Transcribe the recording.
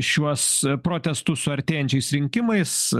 šiuos protestus su artėjančiais rinkimais